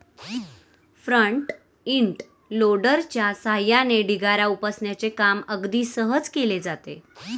front end लोडरच्या सहाय्याने ढिगारा उपसण्याचे काम अगदी सहज केले जाते